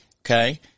Okay